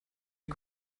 die